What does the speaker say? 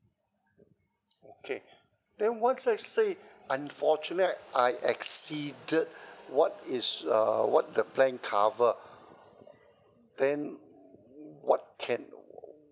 okay then what's let's say unfortunate I exceeded what is uh what the plan cover then what can